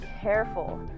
careful